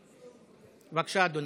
בבקשה, אדוני.